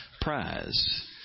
prize